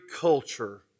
culture